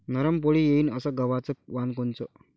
नरम पोळी येईन अस गवाचं वान कोनचं?